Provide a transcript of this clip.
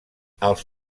els